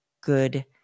good